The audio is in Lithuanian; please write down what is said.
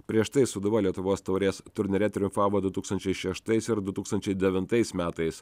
prieš tai sūduva lietuvos taurės turnyre triumfavo du tūkstančiai šeštais ir du tūkstančiai devintais metais